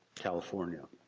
california.